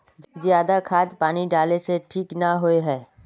ज्यादा खाद पानी डाला से ठीक ना होए है?